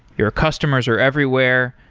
your customers are everywhere.